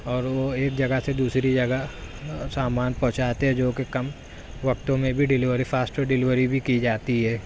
اور وہ ایک جگہ سے دوسری جگہ سامان پہنچاتے ہیں جو کہ کم وقتوں میں بھی ڈلیوری فاسٹ ڈلیوری بھی کی جاتی ہے